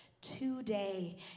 today